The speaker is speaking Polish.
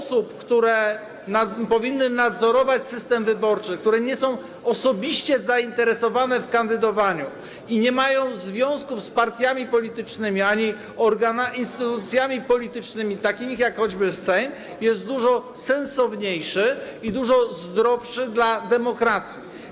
osób, które powinny nadzorować system wyborczy, które nie są osobiście zainteresowane kandydowaniem i nie mają związków z partiami politycznymi ani instytucjami politycznymi takimi jak choćby Sejm, jest dużo sensowniejszy i dużo zdrowszy dla demokracji.